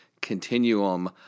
continuum